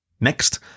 Next